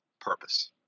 purpose